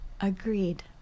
agreed